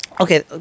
Okay